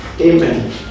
Amen